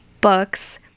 books